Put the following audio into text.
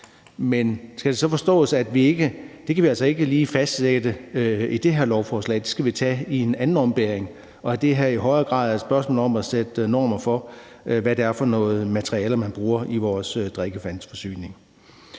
at det kan vi altså ikke sådan lige fastsætte i det her lovforslag, men at vi skal tage det i en anden ombæring, og at det her i højere grad er et spørgsmål om at sætte normer for, hvad det er for nogle materialer, man bruger i vores drikkevandsforsyning?